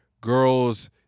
girls